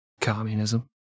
Communism